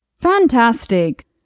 Fantastic